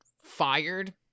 fired